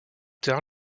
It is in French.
tard